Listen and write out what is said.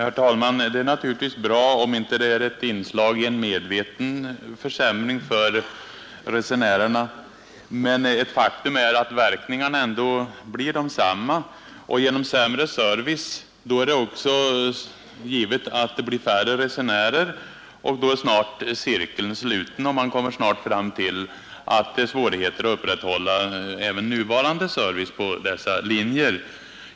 Herr talman! Det är naturligtvis bra, om det inte är ett inslag i en medveten försämring för resenärerna, men faktum är att verkningarna ändå blir desamma. Genom sämre service blir det färre resenärer, då är snart cirkeln sluten och man kommer fram till att det blir svårt att upprätthålla nuvarande service på dessa linjer.